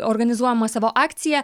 organizuojamą savo akciją